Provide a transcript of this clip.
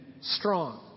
strong